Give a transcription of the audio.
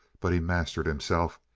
but he mastered himself,